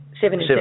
seven